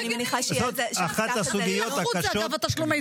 אני אוהב את הבת שלי לא פחות מכפי ששאר